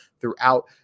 throughout